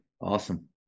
Awesome